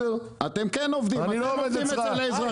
אתם כן עובדים, אתם עובדים אצל האזרחים.